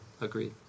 agreed